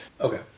Okay